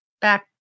back